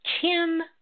Kim